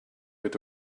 with